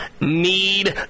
need